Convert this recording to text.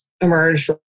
emerged